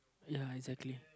ya exactly